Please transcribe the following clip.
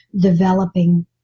developing